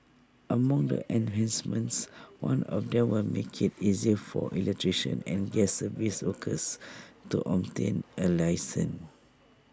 among the enhancements one of them would make IT easier for electricians and gas service workers to obtain A licence